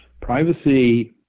Privacy